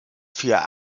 für